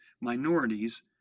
minorities